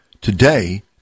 today